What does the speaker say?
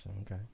Okay